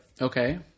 Okay